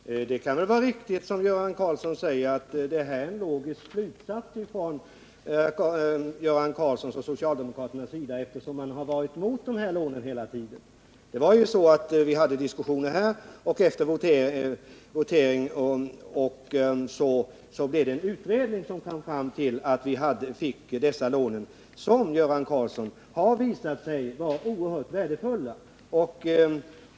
Herr talman! Det kan väl vara riktigt som Göran Karlsson säger att detta är en logisk slutsats ifrån Göran Karlssons och socialdemokraternas sida eftersom de varit emot dessa lån hela tiden. Vi hade ju diskussioner och votering här, och så blev det en utredning som ledde fram till att vi fick dessa lån. Och de har, Göran Karlsson, visat sig vara oerhört värdefulla.